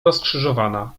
rozkrzyżowana